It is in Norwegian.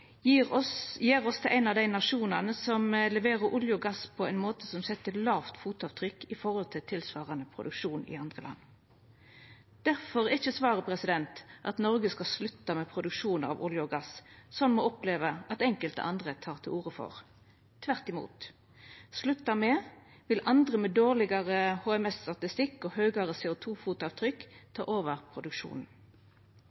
gjer oss til ein av dei nasjonane som leverer olje og gass på ein måte som set eit lågt fotavtrykk i forhold til tilsvarande produksjon i andre land. Difor er ikkje svaret at Noreg skal slutta med produksjon av olje og gass, sånn me opplever at enkelte andre tek til orde for. Tvert imot, sluttar me, vil andre med dårlegare HMS-statistikk og høgare